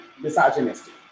misogynistic